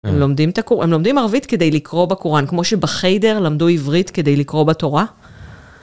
הם לומדים ערבית כדי לקרוא בקוראן, כמו שבחיידר למדו עברית כדי לקרוא בתורה.